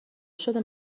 شده